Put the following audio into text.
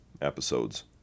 episodes